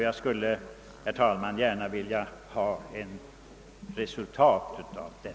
Jag vill, herr talman, gärna få se ett resultat.